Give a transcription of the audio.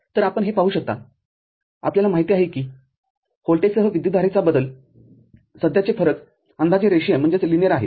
तर आपण हे पाहू शकता आपल्याला माहित आहे की व्होल्टेजसह विद्युतधारेचा बदल सध्याचे फरक अंदाजे रेषीय आहे